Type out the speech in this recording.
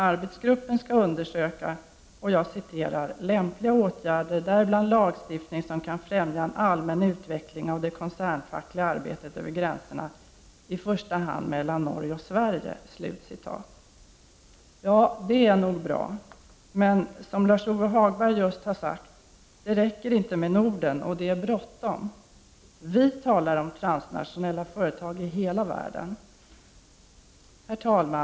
Arbetsgruppen skall undersöka ”lämpliga åtgärder, däribland lagstiftning, som kan främja en allmän utveckling av det koncernfackliga arbetet över gränserna, i första hand mellan Norge och Sverige”. Ja, det är nog bra. Men, som Lars-Ove Hagberg just har sagt, räcker det inte med Norden. Och det är bråttom. Vi talar om transnationella företag i hela världen. Herr talman!